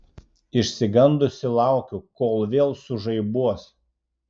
išsigandusi laukiu kol vėl sužaibuos